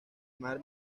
mar